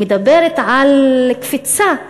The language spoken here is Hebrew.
אני מדברת על קפיצה,